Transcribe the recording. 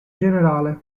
generale